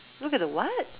look at the what